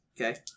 Okay